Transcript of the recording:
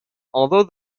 although